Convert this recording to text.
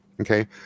okay